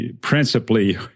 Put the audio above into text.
principally